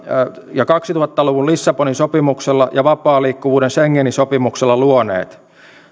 ja kaksituhatta luvun lissabonin sopimuksella ja vapaan liikkuvuuden schengenin sopimuksella luoneet